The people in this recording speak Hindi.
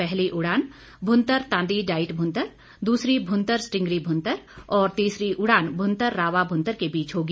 पहली उड़ान भुंतर तांदी डाईट भुंतर दूसरी भुंतर स्टींगरी भुंतर और तीसरी उड़ान भुंतर रावा भुंतर के बीच होगी